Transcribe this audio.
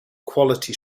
quality